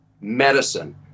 medicine